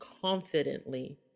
confidently